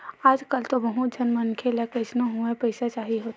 आजकल तो बहुत झन मनखे ल कइसनो होवय पइसा चाही होथे